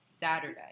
Saturday